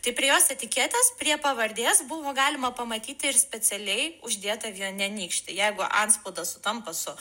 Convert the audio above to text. tai prie jos etiketės prie pavardės buvo galima pamatyti ir specialiai uždėtą vione nykštį jeigu antspaudas sutampa su